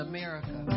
America